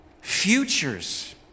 Futures